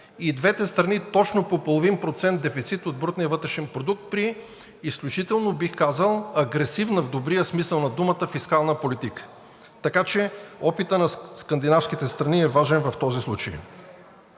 и двете страни точно по половин процент дефицит от брутния вътрешен продукт при изключително бих казал агресивна, в добрия смисъл на думата, фискална политика. Така че опитът на скандинавските страни е важен в този случай.